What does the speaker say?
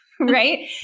right